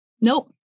Nope